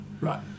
Right